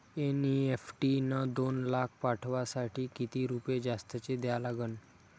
NEFT न दोन लाख पाठवासाठी किती रुपये जास्तचे द्या लागन?